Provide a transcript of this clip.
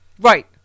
Right